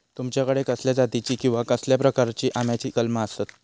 तुमच्याकडे कसल्या जातीची किवा कसल्या प्रकाराची आम्याची कलमा आसत?